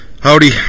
Howdy